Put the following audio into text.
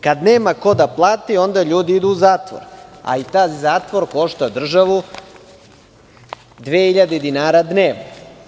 Kada nema kod da plati, onda ljudi idu u zatvor, a taj zatvor košta državu 2.000 dinara dnevno.